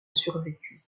survécu